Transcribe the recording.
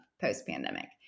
post-pandemic